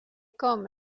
com